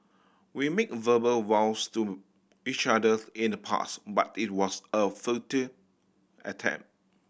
we made verbal vows to each other in the past but it was a futile attempt